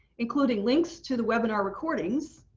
including links to the webinar recordings,